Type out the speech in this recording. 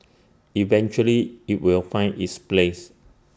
eventually IT will find its place